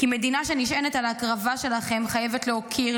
כי מדינה שנשענת על ההקרבה שלכם חייבת להוקיר,